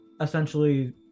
essentially